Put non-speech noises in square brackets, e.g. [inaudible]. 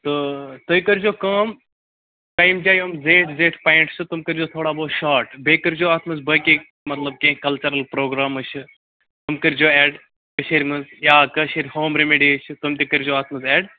تہٕ تُہۍ کٔرۍزیو کٲم [unintelligible] زیٹھۍ زیٹھۍ پایِنٛٹ چھِ تِم کٔرۍزیو تھوڑا بہت شاٹ بیٚیہِ کٔرۍزیو اَتھ منٛز بٲقی مطلب کیٚنٛہہ کَلچَرل پرٛوگرامٕز چھِ تِم کٔرۍزیو اٮ۪ڈ کٔشیٖرِ منٛز یا کٲشِر ہوم ریٚمِڈیٖز چھِ تِم تہِ کٔرۍزیو اَتھ منٛز اٮ۪ڈ